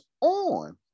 on